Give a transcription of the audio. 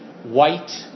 white